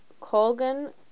Colgan